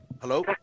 Hello